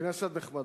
כנסת נכבדה,